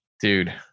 Dude